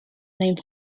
named